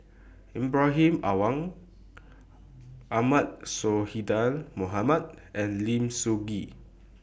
Ibrahim Awang Ahmad Sonhadji Mohamad and Lim Sun Gee